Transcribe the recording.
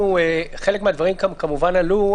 חלק מהדברים כמובן עלו,